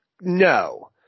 No